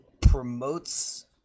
promotes